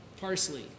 Parsley